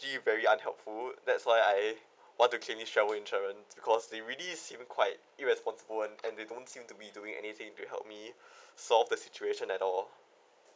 ~ly very unhelpful that's why I want to claim travel insurance because they really seem quite irresponsible and and they don't seem to be doing anything to help me solve the situation at all